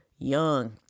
Young